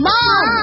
Mom